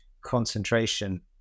concentration